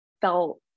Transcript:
felt